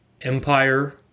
Empire